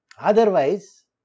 Otherwise